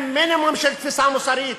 עם מינימום של תפיסה מוסרית.